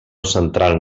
central